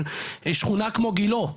אבל שכונה כמו גילה,